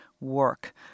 work